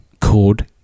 called